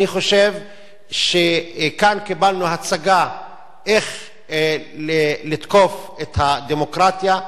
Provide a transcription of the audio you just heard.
אני חושב שכאן קיבלנו הצגה איך לתקוף את הדמוקרטיה,